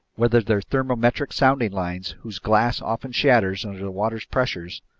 whether they're thermometric sounding lines, whose glass often shatters under the water's pressure,